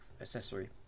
accessory